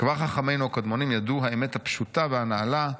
כבר חכמינו הקדמונים ידעו האמת הפשוטה והנעלה,